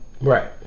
Right